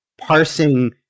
parsing